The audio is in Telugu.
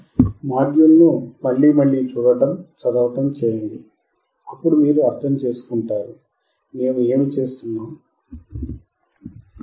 మాడ్యూల్ను మళ్లీ మళ్లీ చూడటం చదవడం చేయండి అప్పుడు మీరు అర్థం చేసుకుంటారు మేము ఏమి చేస్తున్నాం మీకు ప్రయోగశాలకు వెళ్ళే అవకాశం ఉంటే వెళ్లి ఈ ప్రయోగం చేయండి